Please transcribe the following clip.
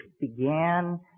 began